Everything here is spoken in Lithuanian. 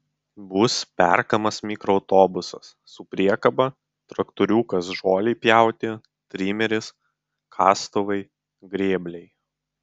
bus perkamas mikroautobusas su priekaba traktoriukas žolei pjauti trimeris kastuvai grėbliai